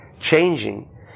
changing